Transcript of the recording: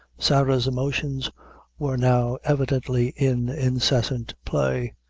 sarah's emotions were now evidently in incessant play.